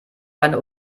eine